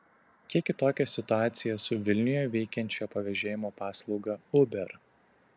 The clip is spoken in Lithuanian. kiek kitokia situacija su vilniuje veikiančia pavežėjimo paslauga uber